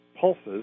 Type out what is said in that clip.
pulses